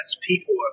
people